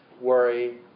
worry